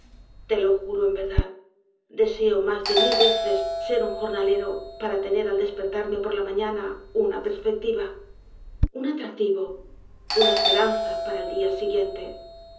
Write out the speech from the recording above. te lo juro en verdad deseo mas de mil veces ser un jornalero para tener al despertarme por la mañana una perspectiva un atractivo una esperanza para el dia siguiente